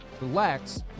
relax